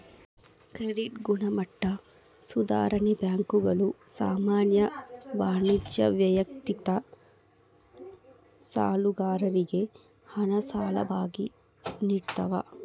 credit ಗುಣಮಟ್ಟ ಸುಧಾರಣೆ ಬ್ಯಾಂಕುಗಳು ಸಾಮಾನ್ಯ ವಾಣಿಜ್ಯ ವೈಯಕ್ತಿಕ ಸಾಲಗಾರರಿಗೆ ಹಣ ಸಾಲವಾಗಿ ನಿಡ್ತವ